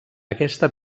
aquesta